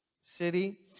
city